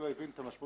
הנושא